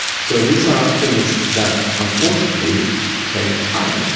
so these are things that unfortunately take time,